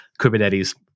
Kubernetes